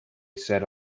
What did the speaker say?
said